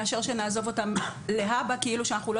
מאשר שנעזוב אותם להבא כאילו שאנחנו לא